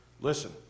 Listen